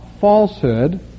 falsehood